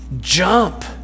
jump